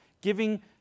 Giving